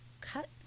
cut